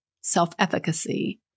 self-efficacy